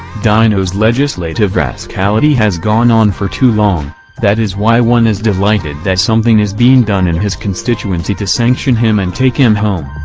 dinos legislative rascality has gone on for too long that is why one is delighted that something is being done in his constituency to sanction him and take him home.